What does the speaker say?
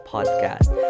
Podcast